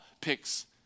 picks